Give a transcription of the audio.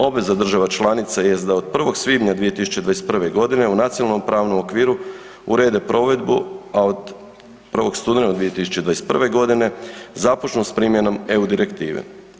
Obveza država članica jest da od 1. svibnja 2021. g. u nacionalnom pravnom okviru urede provedbu a od 1. studenog 2021. g. započnu s primjenom EU direktive.